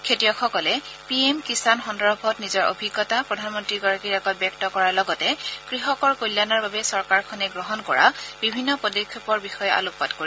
খেতিয়কসকলে P M Kisan সন্দৰ্ভত নিজৰ অভিজ্ঞতা প্ৰধানমন্ত্ৰীগৰাকীৰ আগত ব্যক্ত কৰাৰ লগতে কৃষকৰ কল্যাণৰ বাবে চৰকাৰখনে গ্ৰহণ কৰা বিভিন্ন পদক্ষেপৰ ওপৰত আলোকপাত কৰিব